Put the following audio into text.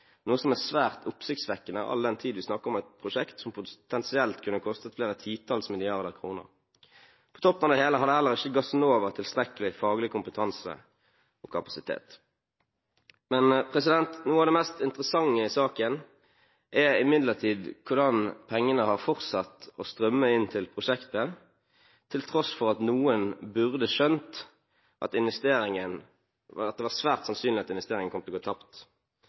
noe som er svært oppsiktsvekkende, all den tid vi snakker om et prosjekt som potensielt kunne kostet flere titalls milliarder kroner. På toppen av det hele hadde heller ikke Gassnova tilstrekkelig faglig kompetanse og kapasitet. Noe av det mest interessante i saken, er imidlertid hvordan pengene har fortsatt å strømme inn til prosjektet til tross for at noen burde skjønt at det var svært sannsynlig at investeringen kom til å gå tapt.